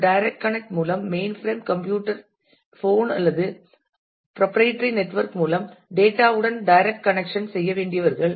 ஒரு direct connect மூலம் mainframe computer ஐ போன் அல்லது ப்ராப்ரைட்றி நெட்வொர்க் மூலம் டேட்டா உடன் டைரக்ட் கனெக்சன் செய்ய வேண்டியவர்கள்